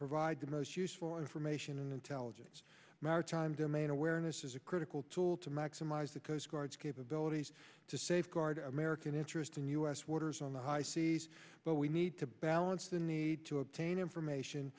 provide the most useful information and intelligence maritime domain awareness is a critical tool to maximize the coastguards capabilities to safeguard american interest in u s waters on the high seas but we need to balance the need to obtain information